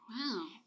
Wow